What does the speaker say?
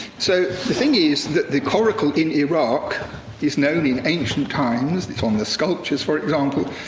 so the thing is that the coracle in iraq is known in ancient times. it's on the sculptures, for example.